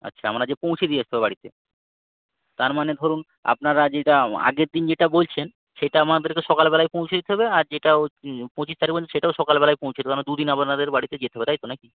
আচ্ছা আমরা যেয়ে পৌঁছে দিয়ে আসতে হবে বাড়িতে তার মানে ধরুন আপনারা যেইটা আগের দিন যেইটা বলছেন সেইটা আমাদেরকে সকালবেলায় পৌঁছে দিতে হবে আর যেটা হো পঁচিশ তারিখ বলছে সেটাও সকালবেলায় পৌঁছে দেবো কারণ দুদিন আবার নাহলে বাড়িতে যেতে হবে তাই তো না কি